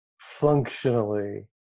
functionally